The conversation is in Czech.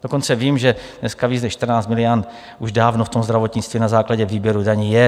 Dokonce vím, že dneska víc než 14 miliard už dávno v tom zdravotnictví na základě výběru daní je.